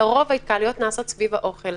לרוב, ההתקהלויות נעשות סביב האוכל.